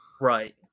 Right